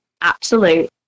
absolute